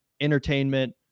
entertainment